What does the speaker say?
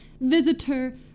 visitor